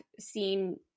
seen